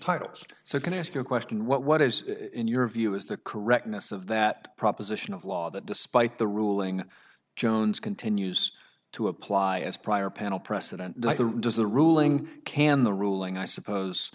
titles so i can ask you a question what what is in your view is the correctness of that proposition of law that despite the ruling jones continues to apply as prior panel precedent does the ruling can the ruling i suppose